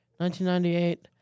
1998